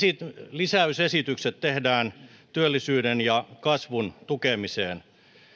lisäysesitykset tehdään työllisyyden ja kasvun tukemiseen